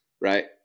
right